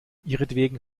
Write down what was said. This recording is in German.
ihretwegen